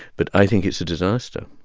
but i think it's a disaster.